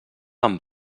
amb